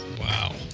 Wow